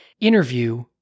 interview